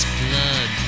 blood